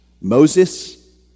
Moses